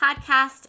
podcast